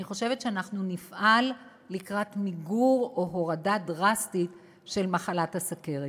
אני חושבת שאנחנו נפעל למיגור או להורדה דרסטית של מחלת הסוכרת.